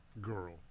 Girl